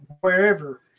wherever